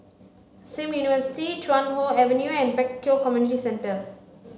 Sim University Chuan Hoe Avenue and Pek Kio Community Centre